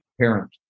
parent